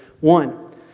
One